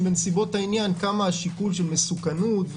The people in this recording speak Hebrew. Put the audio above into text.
בנסיבות העניין כמה השיקול של מסוכנות,